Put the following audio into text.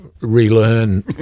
relearn